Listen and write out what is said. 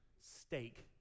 Steak